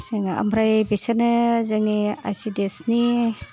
जोङो ओमफ्राय बिसोरनो जोंनि आइ सि दि एस नि